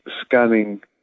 scanning